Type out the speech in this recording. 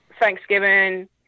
Thanksgiving